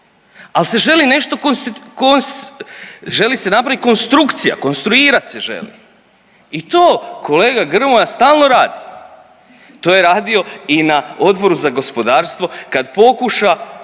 želi se napravit konstrukcija, konstruirat se želi i to kolega Grmoja stalno radi, to je radio i na Odboru za gospodarstvo kad pokuša